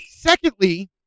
Secondly